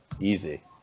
easy